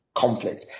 conflict